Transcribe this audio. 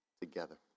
together